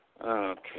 Okay